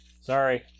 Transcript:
Sorry